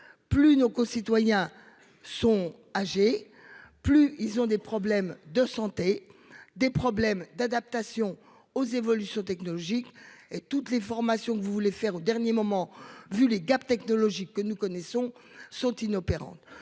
Plus nos concitoyens sont âgés, plus ils ont des problèmes de santé, des problèmes d'adaptation aux évolutions technologiques et toutes les formations que vous voulez faire au dernier moment vu les gap technologique que nous connaissons sont inopérantes.